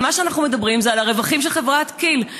אנחנו מדברים על הרווחים של חברת כי"ל.